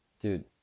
Dude